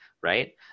right